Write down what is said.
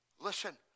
listen